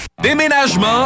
Déménagement